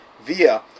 via